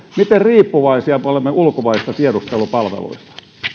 miten riippuvaisia me olemme ulkomaisista tiedustelupalveluista